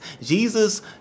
Jesus